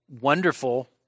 wonderful